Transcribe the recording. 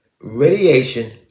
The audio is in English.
radiation